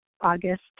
August